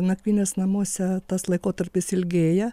nakvynės namuose tas laikotarpis ilgėja